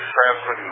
transmit